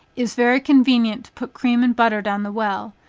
is very convenient to put cream and butter down the well,